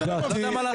אני לא יודע מה לעשות.